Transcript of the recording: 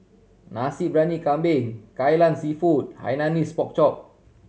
Nasi Briyani Kambing Kai Lan Seafood Hainanese Pork Chop